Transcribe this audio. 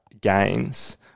gains